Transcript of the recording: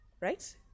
right